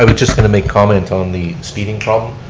ah but just going to make comment on the speeding problem.